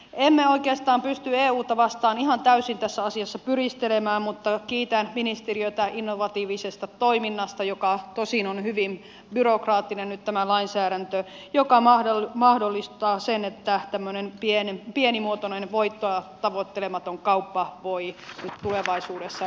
emme oikeastaan pysty euta vastaan ihan täysin tässä asiassa pyristelemään mutta kiitän ministeriötä innovatiivisesta toiminnasta tosin on hyvin byrokraattinen nyt tämä lainsäädäntö joka mahdollistaa sen että tämmöinen pienimuotoinen voittoa tavoittelematon kauppa voi nyt tulevaisuudessa tapahtua